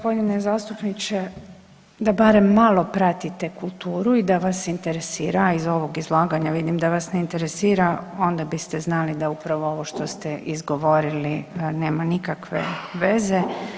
Poštovani g. zastupniče da barem malo pratite kulturu i da vas interesira, iz ovog izlaganja vidim da vas ne interesira, onda biste znali da upravo ovo što ste izgovorili nema nikakve veze.